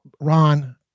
Ron